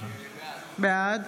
בעד